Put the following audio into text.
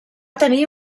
tenir